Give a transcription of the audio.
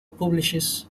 publishes